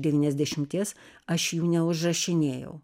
devyniasdešimties aš jų neužrašinėjau